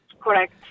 Correct